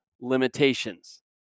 limitations